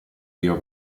rio